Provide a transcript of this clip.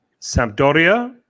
Sampdoria